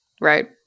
Right